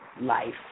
life